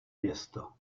město